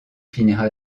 finira